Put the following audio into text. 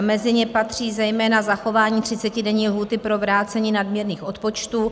Mezi ně patří zejména zachování třicetidenní lhůty pro vrácení nadměrných odpočtů.